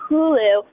Hulu